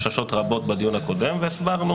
כי עלו פה חששות רבות בדיון הקודם והסברנו